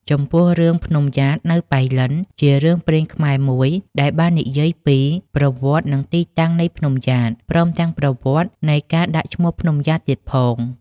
ចំពោះរឿង ភ្នំំយ៉ាតនៅប៉ៃលិន ជារឿងព្រេងខ្មែរមួយដែលបាននិយាយពី ប្រវត្តិ និងទីតាំងនៃភ្នំយ៉ាត ព្រមទាំងប្រវត្តិនៃការដាក់ឈ្មោះភ្នំយ៉ាតទៀតផង។